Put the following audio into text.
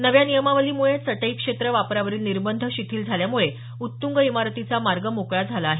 नव्या नियमावलीमुळे चटई क्षेत्र वापरावरील निर्बंध शिथिल झाल्यामुळे उत्तंग इमारतीचा मार्ग मोकळा झाला आहे